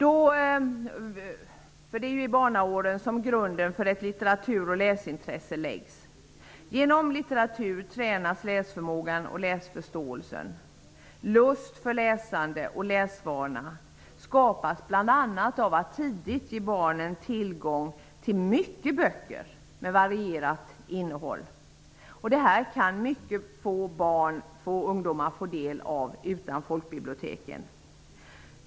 Det är ju i barnaåren som grunden för ett litteratur och läsintresse läggs. Genom litteratur tränas läsförmågan och läsförståelsen. Lust för läsande och läsvana skapas bl.a. genom att tidigt ge barnen tillgång till många böcker med varierat innehåll. Få barn och ungdomar kan få del av detta utan folkbiblioteken.